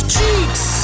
Cheeks